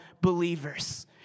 believers